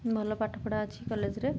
ଭଲ ପାଠପଢ଼ା ଅଛି କଲେଜ୍ରେ